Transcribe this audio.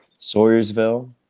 Sawyersville